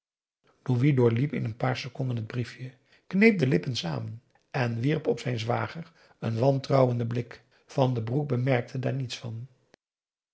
doorliep in n paar seconden het briefje kneep de lippen samen en wierp op zijn zwager een wantrouwenden blik van den broek bemerkte daar niets van